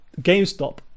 gamestop